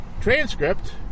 transcript